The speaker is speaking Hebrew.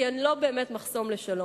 כי הן לא באמת מחסום לשלום.